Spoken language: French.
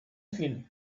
film